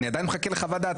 אני עדיין מחכה לחוות דעתך.